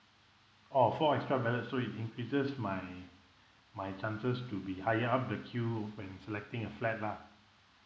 oh four extra ballots so it increases my my chances to be higher up the queue when selecting a flat lah